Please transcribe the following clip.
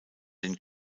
den